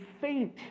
faint